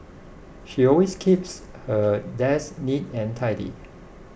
she always keeps her desk neat and tidy